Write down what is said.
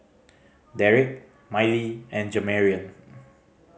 Derrek Mylie and Jamarion